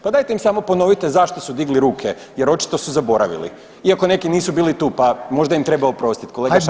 Pa dajte im samo ponovite zašto su digli ruke jer očito su zaboravili, iako neki nisu bili tu pa možda im treba oprostiti kolega Šašlin.